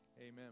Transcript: amen